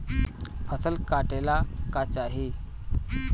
फसल काटेला का चाही?